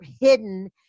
hidden